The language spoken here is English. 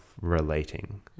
relating